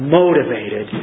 motivated